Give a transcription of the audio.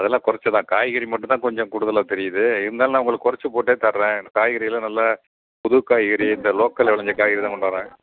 அதெல்லாம் கொறைச்ச தான் காய்கறி மட்டுந்தான் கொஞ்சம் கூடுதலாக தெரியுது இருந்தாலும் நான் உங்களுக்கு கொறைச்சு போட்டே தரேன் இந்த காய்கறியெல்லாம் நல்ல புது காய்கறி இந்த லோக்கல்ல வெளைஞ்ச காய்கறி தான் கொண்டாறேன்